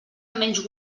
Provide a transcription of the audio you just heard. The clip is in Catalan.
menys